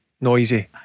noisy